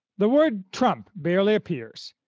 the word trump barely appears,